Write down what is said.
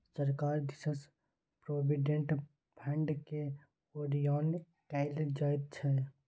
सरकार दिससँ प्रोविडेंट फंडकेँ ओरियान कएल जाइत छै